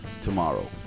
tomorrow